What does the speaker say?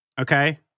Okay